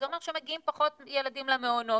זה אומר שמגיעים פחות ילדים למעונות,